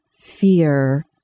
fear